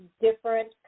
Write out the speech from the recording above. different